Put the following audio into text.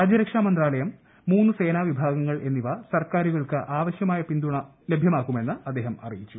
രാജ്യരക്ഷാമന്ത്രാലയം മൂന്ന് സേനാ വിഭാഗങ്ങൾ എന്നിവ സർക്കാരുകൾക്ക് ആവശ്യമായ പിന്തുണ ലഭ്യമാക്കുമെന്ന് അദ്ദേഹം അറിയിച്ചു